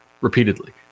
repeatedly